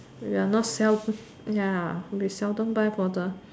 we are not sel~ ya we seldom buy for the